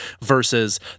versus